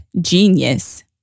genius